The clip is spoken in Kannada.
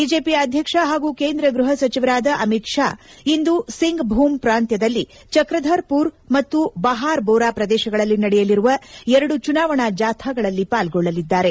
ಬಿಜೆಪಿ ಅಧ್ಯಕ್ಷ ಹಾಗೂ ಕೇಂದ್ರ ಗೃಹ ಸಚಿವರಾದ ಅಮಿತ್ ಷಾ ಇಂದು ಸಿಂಗ್ಭೂಮ್ ಪ್ರಾಂತ್ಲದಲ್ಲಿ ಚಕ್ರಧರ್ಪೂರ್ ಮತ್ತು ಬಹಾರ್ಬೋರಾ ಪ್ರದೇಶಗಳಲ್ಲಿ ನಡೆಯಲಿರುವ ಎರಡು ಚುನಾವಣಾ ಜಾಥಾಗಳಲ್ಲಿ ಪಾಲ್ಗೊಳ್ಳಲಿದ್ದಾರೆ